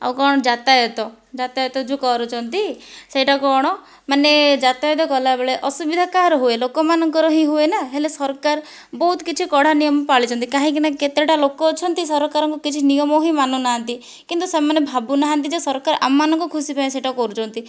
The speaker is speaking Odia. ଆଉ କଣ ଯାତାୟାତ ଯାତାୟାତ ଯେଉଁ କରୁଛନ୍ତି ସେ'ଟା କ'ଣ ମାନେ ଯାତାୟାତ କଲା ବେଳେ ଅସୁବିଧା କାହାର ହୁଏ ଲୋକମାନଙ୍କର ହିଁ ହୁଏ ନା ହେଲେ ସରକାର ବହୁତ କିଛି କଡ଼ା ନିୟମ ପାଳିଛନ୍ତି କାହିଁକିନା କେତେଟା ଲୋକ ଅଛନ୍ତି ସରକାରଙ୍କର କିଛି ନିୟମ ହିଁ ମାନୁ ନାହାନ୍ତି କିନ୍ତୁ ସେମାନେ ଭାବୁନାହାନ୍ତି ଯେ ସରକାର ଆମମାନଙ୍କ ଖୁସି ପାଇଁ ସେ'ଟା କରୁଚନ୍ତି